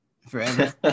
forever